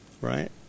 right